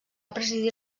presidir